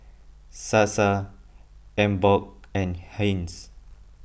Sasa Emborg and Heinz